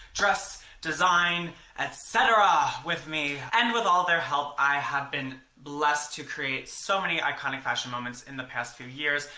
design etc. with me and with all their help i have been blessed to create so many iconic fashion moments in the past few years.